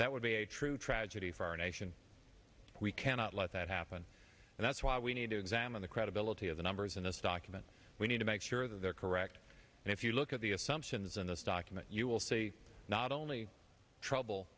that would be a true tragedy for our nation we cannot let that happen and that's why we need to examine the credibility of the numbers in this document we need to make sure that they're correct and if you look at the assumptions in this document you will see not only trouble